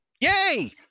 Yay